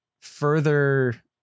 further